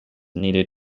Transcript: needed